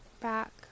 back